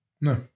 No